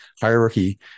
hierarchy